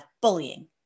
bullying